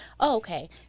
Okay